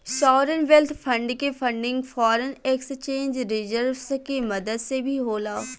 sovereign wealth fund के funding foreign exchange reserves के मदद से भी होला